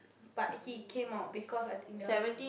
but he came out because I think there was